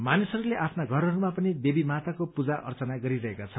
मानिसहरूले आफ्ना घरहरूमा पनि देवी माताको पूजा अर्चना गरिरहेका छन्